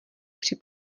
při